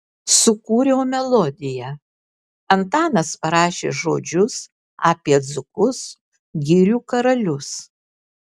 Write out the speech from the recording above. sukūriau melodiją antanas parašė žodžius apie dzūkus girių karalius